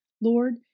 Lord